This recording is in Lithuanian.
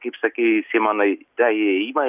kaip sakei simonai tą įėjimą